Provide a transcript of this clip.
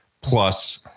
plus